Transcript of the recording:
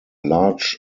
large